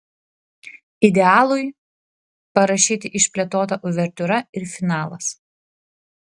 idealui parašyti išplėtota uvertiūra ir finalas